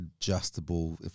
adjustable